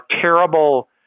terrible